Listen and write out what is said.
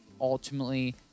ultimately